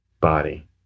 body